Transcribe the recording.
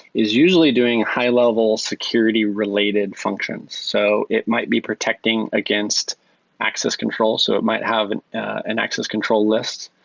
is usually doing a high-level security related functions. so it might be protecting against access control. so it might have and an access control list.